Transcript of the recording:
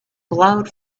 glowed